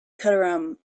cairum